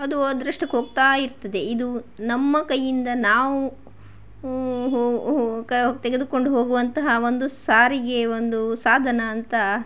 ಅದು ಅದರಷ್ಟಕ್ಕೆ ಹೋಗ್ತಾ ಇರ್ತದೆ ಇದು ನಮ್ಮ ಕೈಯಿಂದ ನಾವು ಹೋ ಹೋ ಕ ತೆಗೆದುಕೊಂಡು ಹೋಗುವಂತಹ ಒಂದು ಸಾರಿಗೆಯ ಒಂದು ಸಾಧನ ಅಂತ